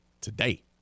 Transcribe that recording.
Today